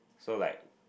so like